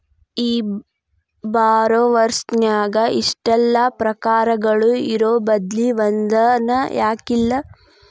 ಈ ಬಾರೊವರ್ಸ್ ನ್ಯಾಗ ಇಷ್ಟೆಲಾ ಪ್ರಕಾರಗಳು ಇರೊಬದ್ಲಿ ಒಂದನ ಯಾಕಿಲ್ಲಾ?